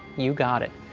you got it.